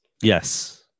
Yes